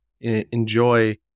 enjoy